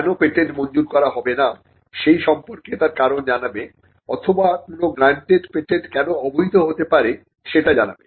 কেন পেটেন্ট মঞ্জুর করা হবে না সেই সম্পর্কে তার কারণ জানাবে অথবা কোন গ্রান্ডেড পেটেন্ট কেন অবৈধ হতে পারে সেটা জানাবে